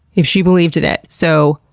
if she believed in it. so,